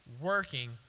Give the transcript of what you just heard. working